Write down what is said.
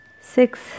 six